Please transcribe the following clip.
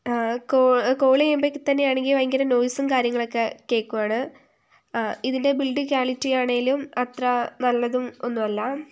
call ചെയ്യുമ്പോഴൊക്കെത്തന്നെ ആണെങ്കിൾ ഭയങ്കര നോയിസും കാര്യങ്ങളൊക്കെ കേൾക്കുകയാണ് ഇതിന്റെ ബിൽഡ് ക്വാളിറ്റി ആണെങ്കിലും അത്ര നല്ലതും ഒന്നും അല്ല